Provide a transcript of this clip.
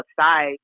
outside